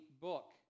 book